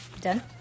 done